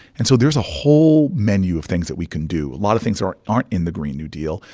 and so there's a whole menu of things that we can do, a lot of things that aren't aren't in the green new deal,